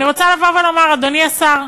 אני רוצה לומר, אדוני השר: